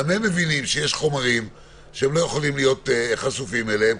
גם הם מבינים שיש חומרים שהם לא יכולים להיות חשופים אליהם.